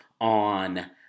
on